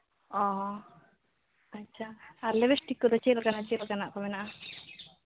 ᱚ ᱟᱪᱪᱷᱟ ᱟᱨ ᱞᱤᱯᱤᱥᱴᱤᱠ ᱠᱚᱫᱚ ᱪᱮᱫᱞᱮᱠᱟ ᱦᱮᱸ ᱪᱮᱫᱞᱮᱠᱟᱱᱟᱜ ᱠᱚ ᱢᱮᱱᱟᱜᱼᱟ